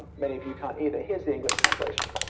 many of you can't either here's the english translation.